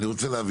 אני רוצה להבין.